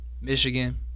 Michigan